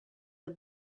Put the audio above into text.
the